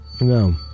No